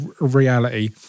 reality